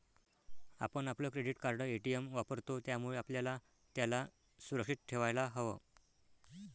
आपण आपलं credit card, ATM वापरतो, त्यामुळे आपल्याला त्याला सुरक्षित ठेवायला हव